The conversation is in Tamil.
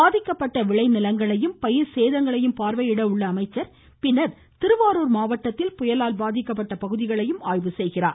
பாதிக்கப்பட்ட விளைநிலங்களையும் பயிர் சேதங்களையும் பார்வையிடும் அமைச்சர் பின்னர் திருவாரூர் மாவட்டத்தில் புயலால் பாதிக்கப்பட்ட பகுதிகளையும் பார்வையிடுகிறார்